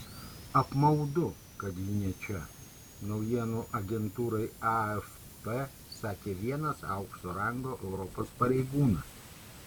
apmaudu kad ji ne čia naujienų agentūrai afp sakė vienas aukšto rango europos pareigūnas